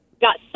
got